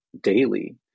daily